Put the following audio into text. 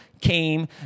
came